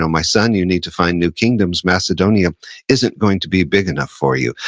um my son, you need to find new kingdoms, macedonia isn't going to be big enough for you.